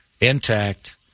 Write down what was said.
intact